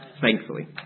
thankfully